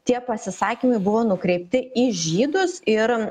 tie pasisakymai buvo nukreipti į žydus ir